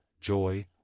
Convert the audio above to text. joy